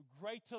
Greater